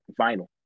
vinyl